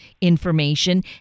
information